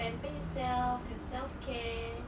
pamper yourself have self-care